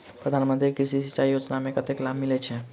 प्रधान मंत्री कृषि सिंचाई योजना मे कतेक लाभ मिलय छै?